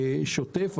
בשוטף.